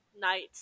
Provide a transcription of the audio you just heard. night